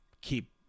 keep